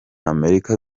amerika